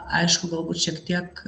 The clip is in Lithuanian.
aišku galbūt šiek tiek